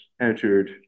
entered